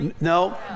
No